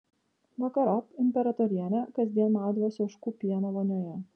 vakarop imperatorienė kasdien maudydavosi ožkų pieno vonioje